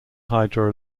hydro